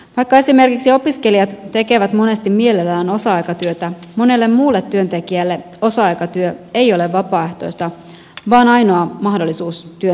vaikka esimerkiksi opiskelijat tekevät monesti mielellään osa aikatyötä monelle muulle työntekijälle osa aikatyö ei ole vapaaehtoista vaan ainoa mahdollisuus työntekoon